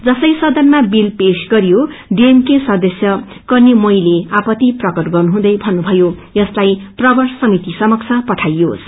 जसै सदनमा बिल पेश गरियो डिएमके सदस्य कन्निमेइले आपत्ति प्रकट गर्नुहुँदै भन्नुभयो यसलाई प्रवर समिति समक्ष पठाइयोस